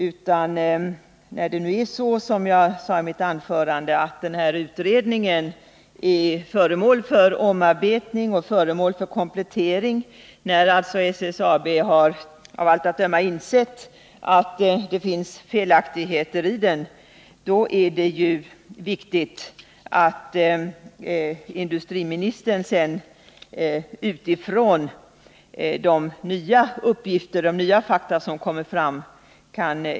När nu den här utredningen, Om verksamheten som jag sade i mitt förra anförande, är föremål för omarbetning och vid Ljusne Kätting komplettering och SSAB alltså av allt att döma har insett att det finns AB felaktigheter i den, är det väl viktigt att industriministern kan ta ställning utifrån de nya fakta som kommer fram.